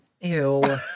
Ew